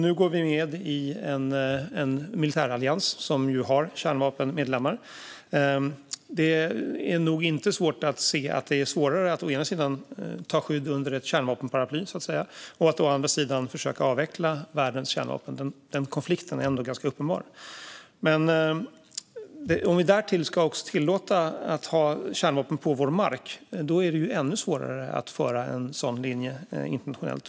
Nu går vi med i en militärallians som har medlemmar som innehar kärnvapen. Det är nog inte svårt att se att det är besvärligare att å ena sidan ta skydd under ett kärnvapenparaply och att å andra sidan försöka avveckla världens kärnvapen. Den konflikten är ändå ganska uppenbar. Om Sverige därtill ska tillåta att kärnvapen placeras på svensk mark är det ännu svårare att föra en sådan linje internationellt.